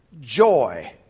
joy